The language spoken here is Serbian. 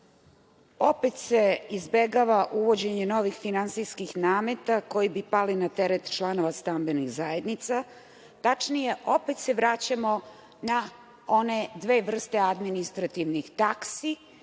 opet se izbegava uvođenje novih finansijskih nameta koji bi pali na teret članova stambenih zajednica. Tačnije, opet se vraćamo na one dve vrste administrativnih taksi